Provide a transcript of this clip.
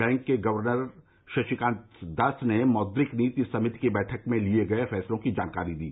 bank के governor Shaktikanta Das ने मौद्रिक नीति समिति की बैठक में लिए गए फैसलों की जानकारी दी